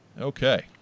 Okay